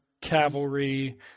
cavalry